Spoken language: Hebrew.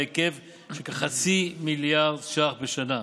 בהיקף של כחצי מיליארד ש"ח בשנה.